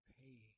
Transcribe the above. pay